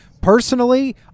personally